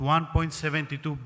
1.72